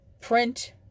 print